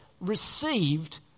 received